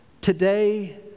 today